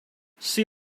see